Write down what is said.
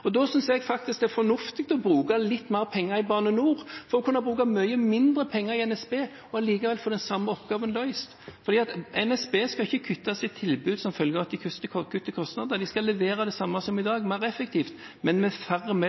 Jeg synes faktisk det er fornuftig å bruke litt mer penger i Bane NOR for å kunne bruke mye mindre penger i NSB og allikevel få den samme oppgaven løst. NSB skal ikke kutte sitt tilbud som følge av at de kutter kostnader, de skal levere det samme som i dag mer effektivt, men med færre